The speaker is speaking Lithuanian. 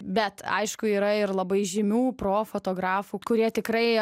bet aišku yra ir labai žymių pro fotografų kurie tikrai